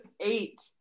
eight